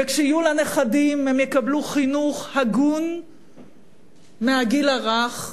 וכשיהיו לו ילדים, הם יקבלו חינוך הגון מהגיל הרך,